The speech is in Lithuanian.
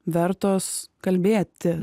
vertos kalbėti